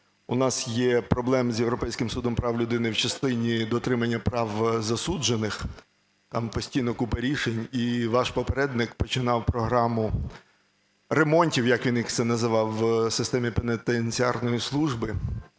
у нас є проблем з Європейським судом з прав людини в частині дотримання прав засуджених, там постійно купа рішень. І ваш попередник починав програму ремонтів, як він їх це називав, в системі пенітенціарної служби.